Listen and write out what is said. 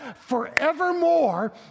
forevermore